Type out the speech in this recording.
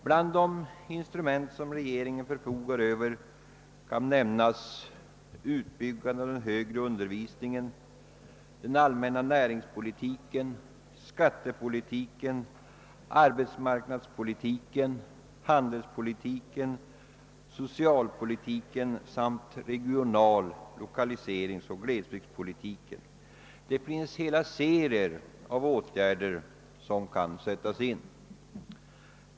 Bland de instrument som regeringen förfogar över kan nämnas utbyggandet av den högre undervisningen, den allmänna näringspolitiken, skattepolitiken, arbetsmarknadspolitiken, handelspolitiken, socialpolitiken samt regional-, 1okaliseringsoch glesbygdspolitiken. Det finns hela serier av åtgärder som kan sättas in.